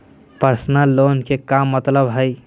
Personal loan के का मतलब हई?